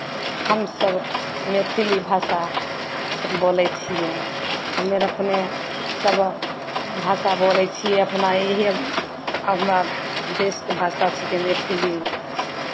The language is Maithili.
हमसभ मैथिली भाषासँ बोलै छियै हमे आओर अपने सभ भाषा बोलै छियै अपना इएह अपना देशके भाषा छिकै मैथिली